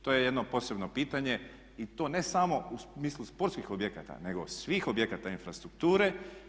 To je jedno posebno pitanje i to ne samo u smislu sportskih objekata nego svih objekata infrastrukture.